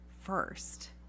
first